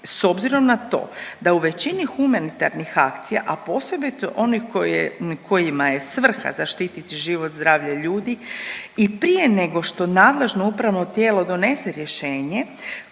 S obzirom na to da u većini humanitarnih akcija, a posebito onih kojima je svrha zaštiti život i zdravlje ljudi i prije nego što nadležno upravno tijelo donese rješenje